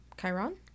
Chiron